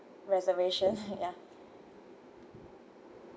reservations ya